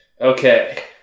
Okay